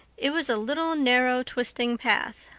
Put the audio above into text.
it was a little narrow, twisting path,